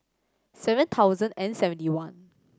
seven thousand and seventy one